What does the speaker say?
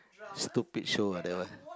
stupid show ah that one